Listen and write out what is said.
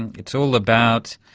and it's all about,